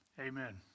amen